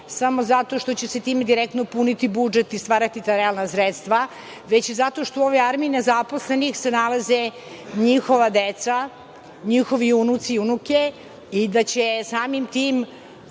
samo zato što će se time direktno puniti budžet i stvarati ta realna sredstva, već i zato što u ovoj armiji nezaposlenih se nalaze njihova deca, njihovi unuci i unuke i da će samim tim